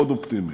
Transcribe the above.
מאוד אופטימית.